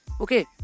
okay